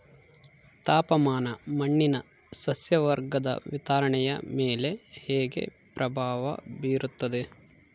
ತಾಪಮಾನ ಮಣ್ಣಿನ ಸಸ್ಯವರ್ಗದ ವಿತರಣೆಯ ಮೇಲೆ ಹೇಗೆ ಪ್ರಭಾವ ಬೇರುತ್ತದೆ?